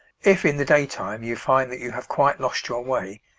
if in the daytime you find that you have quite lost your way,